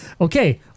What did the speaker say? Okay